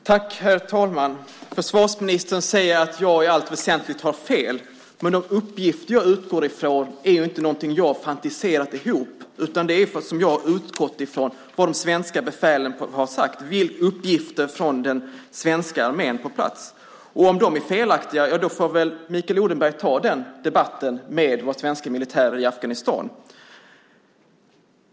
Herr talman! Försvarsministern säger att jag i allt väsentligt har fel. Men de uppgifter jag utgår ifrån är inte någonting som jag har fantiserat ihop, utan det är vad de svenska befälen har sagt, uppgifter från den svenska armén på plats. Om de uppgifterna är felaktiga får väl Mikael Odenberg ta den debatten med våra svenska militärer i Afghanistan.